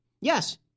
Yes